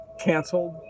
canceled